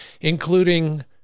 including